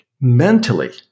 mentally